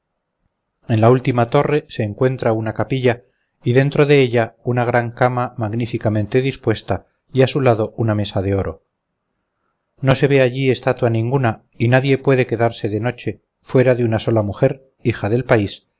en la última torre se encuentra una capilla y dentro de ella una gran cama magníficamente dispuesta y a su lado una mesa de oro no se ve allí estatua ninguna y nadie puede quedarse de noche fuera de una sola mujer hija del país